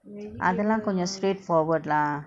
அதலா கொஞ்சோ:athala konjo straightforward lah